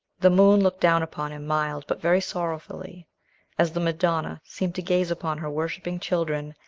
the moon looked down upon him mild, but very sorrowfully as the madonna seems to gaze upon her worshipping children,